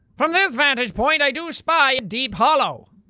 from this vantage point i do spy a deep hollow.